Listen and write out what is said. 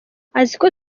aziko